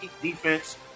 defense